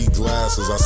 glasses